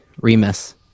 Remus